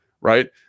Right